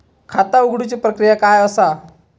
खाता उघडुची प्रक्रिया काय असा?